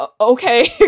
okay